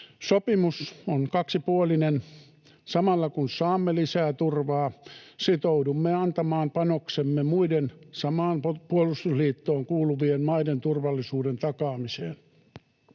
Sopimus on kaksipuolinen: samalla, kun saamme lisää turvaa, sitoudumme antamaan panoksemme muiden samaan puolustusliittoon kuuluvien maiden turvallisuuden takaamiseen.